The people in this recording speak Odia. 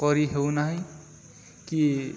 କରି ହେଉ ନାହିଁ କି